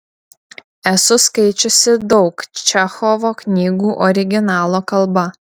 esu skaičiusi daug čechovo knygų originalo kalba